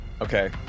Okay